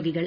രോഗികൾ